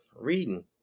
reading